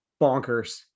bonkers